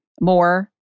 more